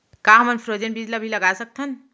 का हमन फ्रोजेन बीज ला भी लगा सकथन?